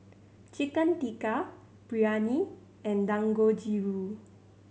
Chicken Tikka Biryani and Dangojiru